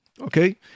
Okay